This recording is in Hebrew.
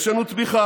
יש לנו תמיכה,